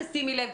שימי לב,